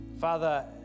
Father